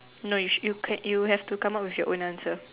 no you should you can you have to come out with your own answer